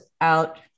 out